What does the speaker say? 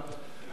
מי בעד?